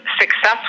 successful